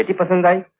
ah for somebody